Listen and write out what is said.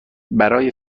برای